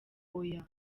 oya